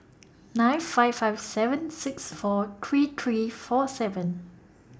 nine five five seven six four three three four seven